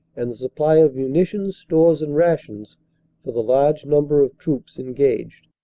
and the supply of munitions, stores and rations for the large number of troops engaged.